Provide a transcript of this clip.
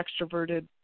extroverted